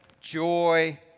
joy